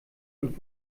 und